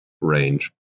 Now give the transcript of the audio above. range